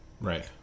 Right